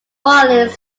orleans